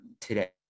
today